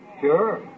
Sure